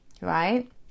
right